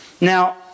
Now